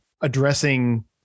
addressing